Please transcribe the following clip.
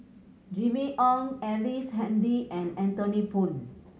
Jimmy Ong Ellice Handy and Anthony Poon